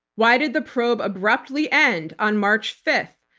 why did the probe abruptly end on march fifth,